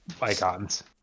icons